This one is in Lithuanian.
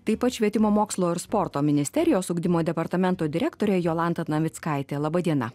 taip pat švietimo mokslo ir sporto ministerijos ugdymo departamento direktorė jolanta navickaitė laba diena